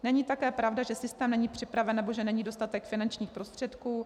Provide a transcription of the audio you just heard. Není také pravda, že systém není připraven nebo že není dostatek finančních prostředků.